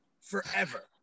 forever